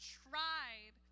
tried